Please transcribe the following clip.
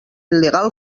legal